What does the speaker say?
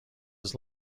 his